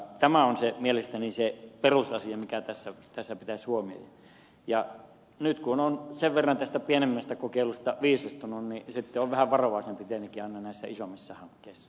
tämä on mielestäni se perusasia mikä tässä pitäisi huomioida ja nyt kun on sen verran tästä pienemmästä kokeilusta viisastunut niin sitten on vähän varovaisempi tietenkin aina näissä isommissa hankkeissa